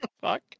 fuck